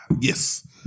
Yes